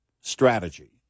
strategy